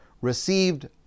received